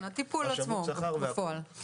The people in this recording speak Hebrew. לשלם עלויות שכר והכול.